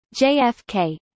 JFK